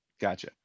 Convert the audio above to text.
Gotcha